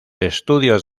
estudios